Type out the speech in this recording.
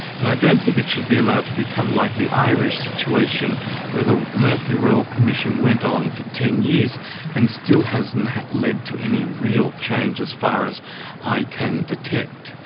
and i don't think it should be allowed to become like the irish situation where the murphy royal commission went on for ten years and still hasn't led to any real change as far as i can detect.